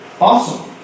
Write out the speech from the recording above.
Awesome